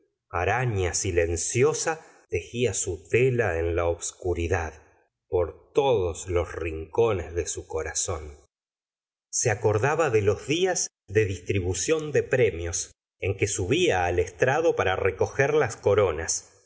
araña silenciosa tegía su tela en la obscuridad por todos los rincones de su corazón se acordaba de los días de distribución de premios en que subía al estrado para recoger las coronas